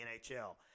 NHL